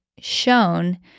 shown